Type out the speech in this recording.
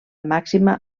màxima